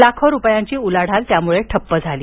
लाखो रुपयांची उलाढाल त्यामुळे ठप्प झाली